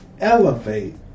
Elevate